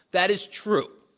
that is true.